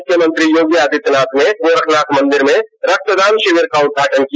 मुख्यमंत्री योगी आदित्यनाथ ने गोरखनाथ मंदिर में रक्तदान शिविर का उद्घाटन किया